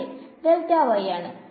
അതെ ആണ്